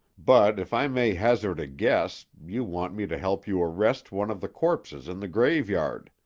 but if i may hazard a guess, you want me to help you arrest one of the corpses in the graveyard.